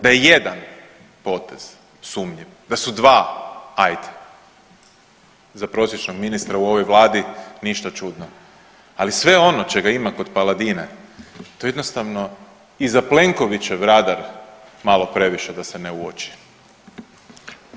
Da je jedan potez sumnjiv, da su dva ajde, za prosječnog ministra u ovoj vladi ništa čudno, ali sve ono čega ima kod Paladina to jednostavno i za Plenkovićev radar malo previše da se ne uoči.